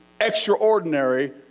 extraordinary